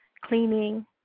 cleaning